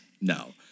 No